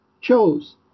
chose